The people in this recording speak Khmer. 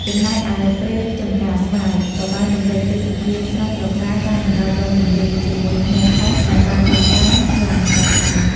ចំណែកឯព្រៃចំការស្វាយ ក៏បានរំលេចទេសភាពស្រស់ត្រកាល តាមបណ្តោយដងទន្លេ ជាមួយថ្មផុសដែលបានលេចឡើង យ៉ាងស្រស់ស្អាត។